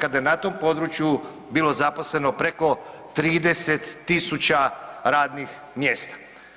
kada je na tom području bilo zaposleno preko 30.000 radnih mjesta.